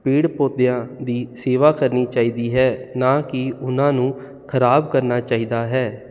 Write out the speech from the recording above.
ਪੇੜ ਪੌਦਿਆਂ ਦੀ ਸੇਵਾ ਕਰਨੀ ਚਾਹੀਦੀ ਹੈ ਨਾ ਕਿ ਉਹਨਾਂ ਨੂੰ ਖਰਾਬ ਕਰਨਾ ਚਾਹੀਦਾ ਹੈ